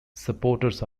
supporters